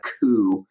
coup